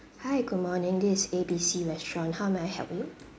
hi good morning this is A B C restaurant how may I help you